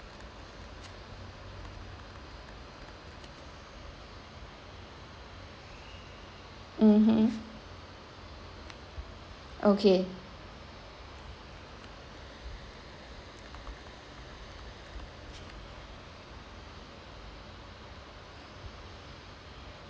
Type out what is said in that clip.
mmhmm okay